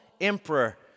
emperor